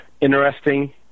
interesting